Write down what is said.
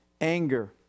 Anger